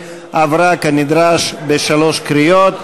עברה כנדרש בשלוש קריאות,